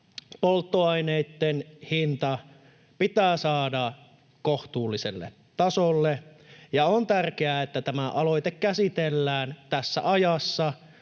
Polttoaineitten hinta pitää saada kohtuulliselle tasolle, ja on tärkeää, että tämä aloite käsitellään tässä ajassa